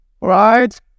right